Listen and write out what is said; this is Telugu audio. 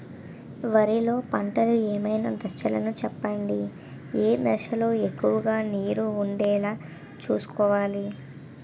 వరిలో పంటలు ఏమైన దశ లను చెప్పండి? ఏ దశ లొ ఎక్కువుగా నీరు వుండేలా చుస్కోవలి?